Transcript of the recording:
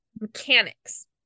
Mechanics